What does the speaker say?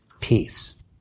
peace